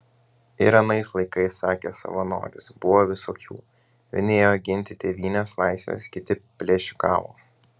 ir anais laikais sakė savanoris buvo visokių vieni ėjo ginti tėvynės laisvės kiti plėšikavo